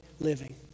living